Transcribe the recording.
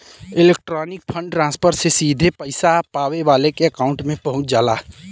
electronic fund transfer से सीधे पइसा पावे वाले के अकांउट में पहुंच जाला